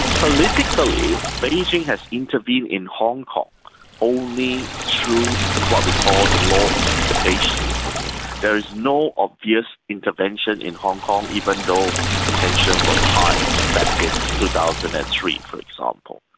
politically beijing has intervened in hong kong only through what we call the law interpretation. like yeah there is no obvious intervention in hong kong, even though tension was high back in two thousand and three, for example.